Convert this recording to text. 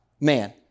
man